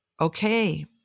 okay